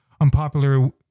unpopular